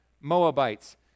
Moabites